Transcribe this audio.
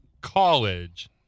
college